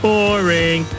Boring